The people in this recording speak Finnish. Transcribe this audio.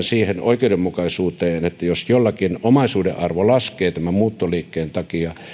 siihen oikeudenmukaisuuteen että jos jollakin omaisuuden arvo laskee tämän muuttoliikkeen takia